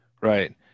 right